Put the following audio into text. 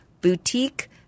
boutique